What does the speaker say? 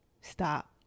Stop